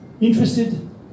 interested